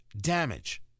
damage